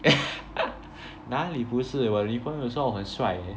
哪里不是我的女朋友说我很帅 eh